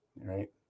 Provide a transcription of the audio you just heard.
right